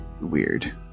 weird